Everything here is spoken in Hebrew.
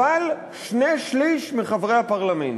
אבל שני-שלישים מחברי הפרלמנט.